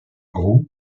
groulx